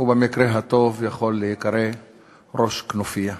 במקרה הטוב הוא יכול להיקרא ראש הכנופיה.